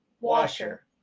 washer